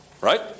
right